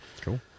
Cool